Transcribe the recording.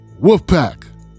Wolfpack